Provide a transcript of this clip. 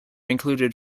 included